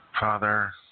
Father